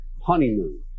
honeymoon